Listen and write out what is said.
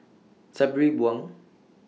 Sabri Buang